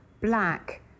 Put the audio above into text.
black